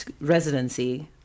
residency